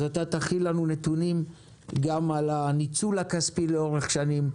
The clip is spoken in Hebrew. אז אתה תכין לנו נתונים גם על הניצול הכספי לאורך שנים,